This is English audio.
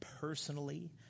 personally